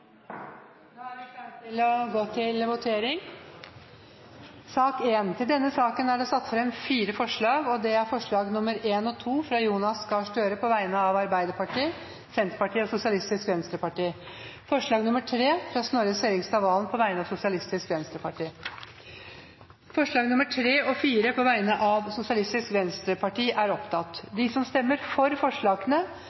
Da er Stortinget klar til å gå til votering over sakene på dagens kart. Under debatten er det satt fram fire forslag. Det er forslagene nr. 1 og 2, fra Jonas Gahr Støre på vegne av Arbeiderpartiet, Senterpartiet og Sosialistisk Venstreparti forslagene nr. 3 og 4, fra Snorre Serigstad Valen på vegne av Sosialistisk Venstreparti Det voteres over forslagene nr. 3 og 4, fra Sosialistisk Venstreparti.